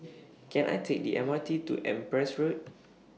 Can I Take The M R T to Empress Road